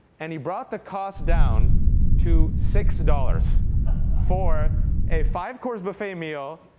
and he brought the cost down to six dollars for a five course buffet meal,